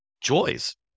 joys